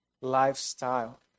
lifestyle